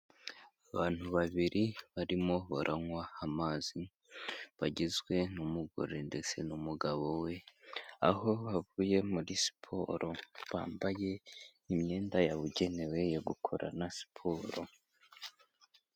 Abantu babiri barimo baranywa amazi bagizwe n'umugore ndetse n'umugabo we, aho bavuye muri siporo bambaye imyenda yabugenewe yo gukorana siporo.